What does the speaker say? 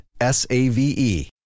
S-A-V-E